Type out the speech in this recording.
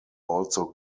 also